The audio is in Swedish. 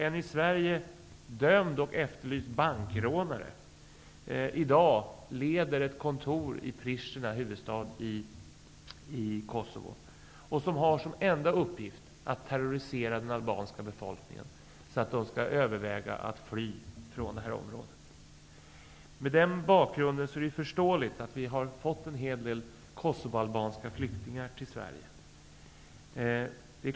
En i Sverige dömd och efterlyst bankrånare leder i dag ett kontor i Pristina, huvudstad i Kosovo, vilket har som enda uppgift att terrorisera den albanska befolkningen så att den skall fås att överväga att fly från detta område. Mot den bakgrunden är det förståeligt att vi har fått en hel del kosovoalbanska flyktingar till Sverige.